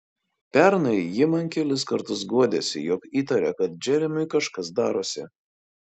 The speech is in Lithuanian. pernai ji man kelis kartus guodėsi jog įtaria kad džeremiui kažkas darosi